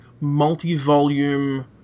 multi-volume